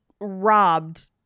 robbed